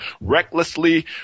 recklessly